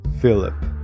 Philip